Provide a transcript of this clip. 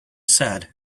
said